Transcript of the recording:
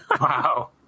Wow